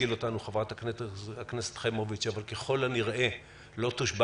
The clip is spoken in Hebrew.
תשכיל אותנו חברת הכנסת חימוביץ' לא תושבע